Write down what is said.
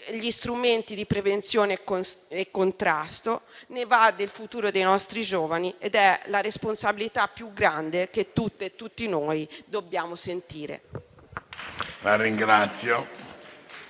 lavorare a strumenti di prevenzione e contrasto. Ne va del futuro dei nostri giovani ed è la responsabilità più grande che tutte e tutti noi dobbiamo sentire.